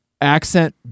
accent